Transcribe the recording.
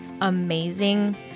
amazing